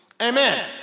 Amen